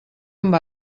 amb